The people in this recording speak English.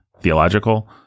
theological